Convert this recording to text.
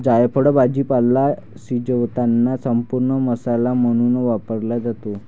जायफळ भाजीपाला शिजवताना संपूर्ण मसाला म्हणून वापरला जातो